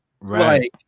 right